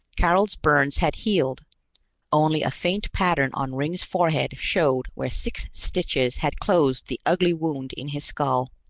karol's burns had healed only a faint pattern on ringg's forehead showed where six stitches had closed the ugly wound in his skull.